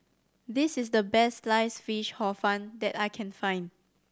this is the best Sliced Fish Hor Fun that I can find